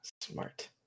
Smart